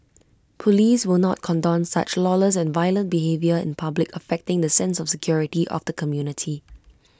Police will not condone such lawless and violent behaviour in public affecting the sense of security of the community